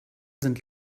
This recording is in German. sind